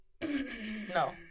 No